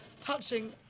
touching